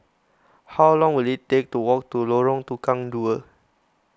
how long will it take to walk to Lorong Tukang Dua